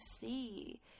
see